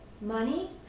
money